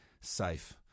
safe